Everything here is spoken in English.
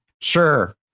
Sure